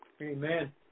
Amen